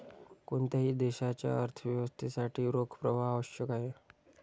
कोणत्याही देशाच्या अर्थव्यवस्थेसाठी रोख प्रवाह आवश्यक आहे